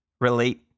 relate